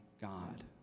God